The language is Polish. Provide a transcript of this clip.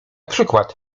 przykład